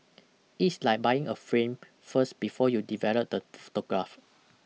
it's like buying a frame first before you develop the photograph